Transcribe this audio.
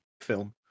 film